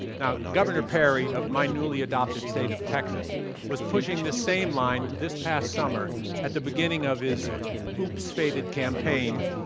now governor perry of my newly-adopted state of texas was pushing this same line this past summer at the beginning of his oops-fated campaign